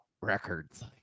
records